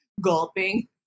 gulping